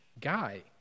guy